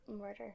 murder